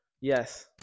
Yes